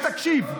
ותקשיב.